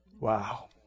Wow